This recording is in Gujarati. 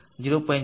02 0